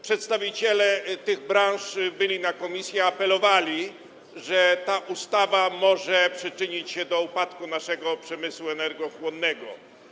Przedstawiciele tych branż byli na posiedzeniu komisji, apelowali, mówili, że ta ustawa może przyczynić się do upadku naszego przemysłu energochłonnego.